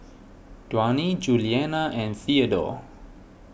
Duane Julianna and theadore